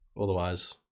Otherwise